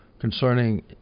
Concerning